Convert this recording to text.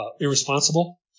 irresponsible